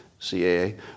CAA